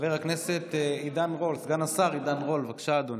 חבר הכנסת סגן השר עידן רול, בבקשה, אדוני.